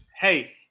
hey